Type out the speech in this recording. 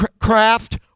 craft